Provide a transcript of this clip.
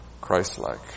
Christ-like